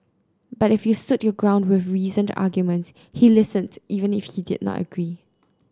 but if you stood your ground with reasoned arguments he listened even if he did not agree